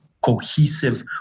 cohesive